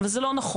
אבל זה לא נכון,